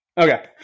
Okay